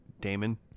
Damon